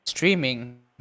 Streaming